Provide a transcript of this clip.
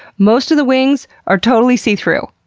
most of the wings are totally see-through.